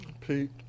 Pete